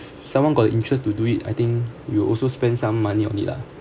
someone got interest to do it I think will also spend some money on it lah